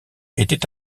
était